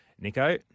Nico